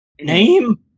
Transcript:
Name